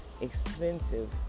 expensive